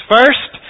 First